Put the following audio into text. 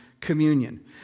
communion